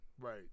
right